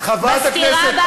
בסקירה הבאה,